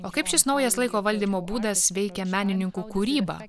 o kaip šis naujas laiko valdymo būdas veikia menininkų kūrybą